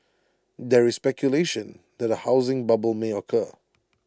there is speculation that A housing bubble may occur